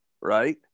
Right